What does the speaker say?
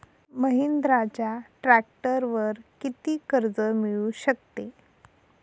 महिंद्राच्या ट्रॅक्टरवर किती कर्ज मिळू शकते?